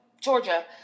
Georgia